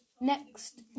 Next